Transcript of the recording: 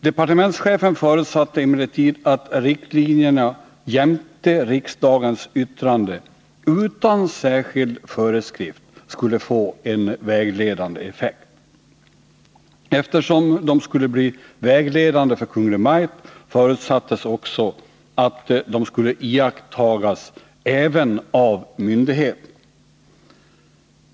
Departementschefen förutsatte emellertid att riktlinjerna jämte riksdagens yttrande, utan särskild föreskrift skulle få en vägledande effekt. Eftersom de skulle bli vägledande för Kungl. Maj:t förutsattes också att de skulle iakttagas även av myndigheterna.